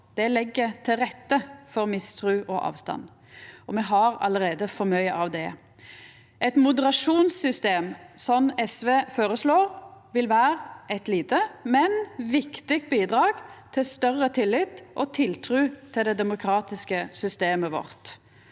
Det legg til rette for mistru og avstand, og me har allereie for mykje av det. Eit moderasjonssys tem, slik SV føreslår, vil vera eit lite, men viktig bidrag til større tillit og tiltru til det demokratiske systemet vårt.